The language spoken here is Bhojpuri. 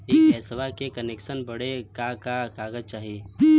इ गइसवा के कनेक्सन बड़े का का कागज चाही?